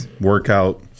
workout